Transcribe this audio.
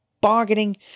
bargaining